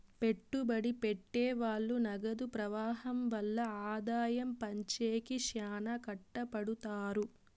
పెట్టుబడి పెట్టె వాళ్ళు నగదు ప్రవాహం వల్ల ఆదాయం పెంచేకి శ్యానా కట్టపడుతారు